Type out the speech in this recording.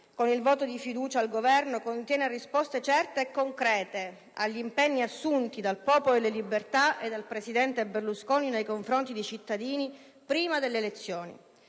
con il voto di fiducia al Governo contiene risposte certe e concrete agli impegni assunti dal Popolo della Libertà e dal presidente Berlusconi nei confronti dei cittadini prima delle elezioni.